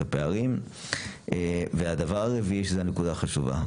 את הפערים והדבר הרביעי שזה הנקודה החשובה,